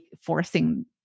forcing